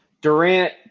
Durant